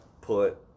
put